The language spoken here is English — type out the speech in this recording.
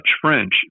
French